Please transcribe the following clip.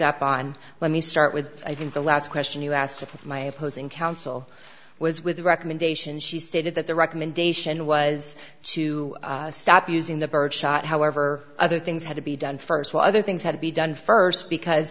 up on let me start with i think the last question you asked of my opposing counsel was with the recommendation she stated that the recommendation was to stop using the birdshot however other things had to be done st while other things had to be done st because